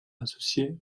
associé